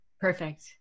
Perfect